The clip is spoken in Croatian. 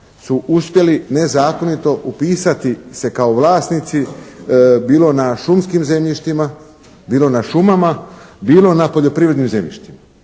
su uspjeli nezakonito upisati se kao vlasnici bilo na šumskim zemljištima, bilo na šumama, bilo na poljoprivrednim zemljištima